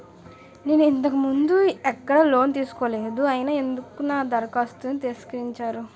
నేను ఇంతకు ముందు ఎక్కడ లోన్ తీసుకోలేదు అయినా ఎందుకు నా దరఖాస్తును తిరస్కరించారు?